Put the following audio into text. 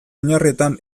oinarrietan